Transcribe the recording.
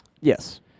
Yes